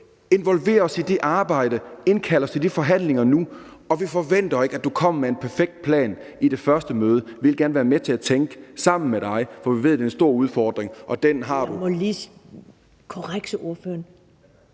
involver os i det arbejde, indkald os til de forhandlinger nu. Og vi forventer ikke, at du kommer med en perfekt plan til det første møde. Vi vil gerne være med til at tænke sammen med dig, for vi ved, at det er en stor udfordring. Kl.